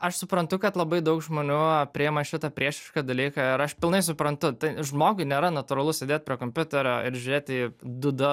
aš suprantu kad labai daug žmonių priėma šitą priešišką dalyką ir aš pilnai suprantu žmogui nėra natūralu sėdėt prie kompiuterio ir žiūrėti į du d